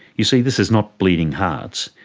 you see, this is not bleeding hearts.